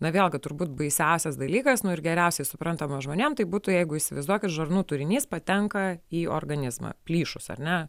na vėlgi turbūt baisiausias dalykas nu ir geriausiai suprantamas žmonėm tai būtų jeigu įsivaizduokit žarnų turinys patenka į organizmą plyšus ar ne